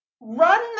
Run